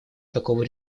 такого